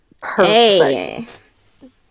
Perfect